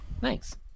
thanks